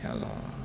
ya lah